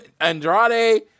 Andrade